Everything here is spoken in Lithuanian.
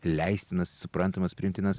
leistinas suprantamas priimtinas